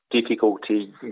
difficulty